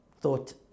thought